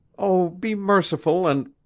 oh, be merciful and